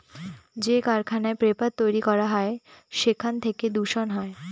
যে কারখানায় পেপার তৈরী করা হয় সেখান থেকে দূষণ হয়